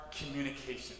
communication